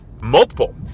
multiple